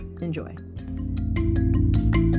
Enjoy